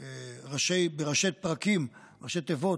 בראשי פרקים, ראשי תיבות,